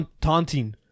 taunting